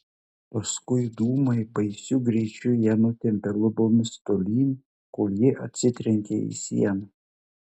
paskui dūmai baisiu greičiu ją nutempė lubomis tolyn kol ji atsitrenkė į sieną